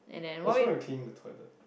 what's wrong with cleaning the toilet